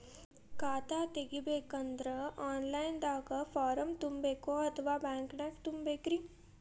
ಖಾತಾ ತೆಗಿಬೇಕಂದ್ರ online ದಾಗ ಫಾರಂ ತುಂಬೇಕೊ ಅಥವಾ ಬ್ಯಾಂಕನ್ಯಾಗ ತುಂಬ ಬೇಕ್ರಿ?